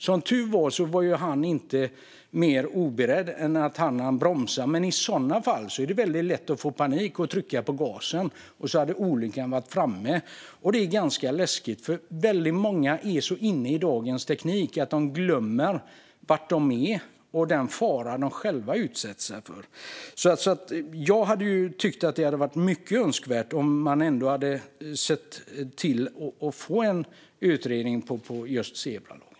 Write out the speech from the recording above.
Som tur var så var sonen beredd och hann bromsa, men i ett sådant fall är det väldigt lätt att få panik och i stället trycka på gasen, och då hade olyckan varit framme. Det är ganska läskigt. Många är så inne i dagens teknik att de glömmer var de är och den fara de utsätter sig själva för. Jag tycker att det vore mycket önskvärt att få till en utredning gällande zebralagen.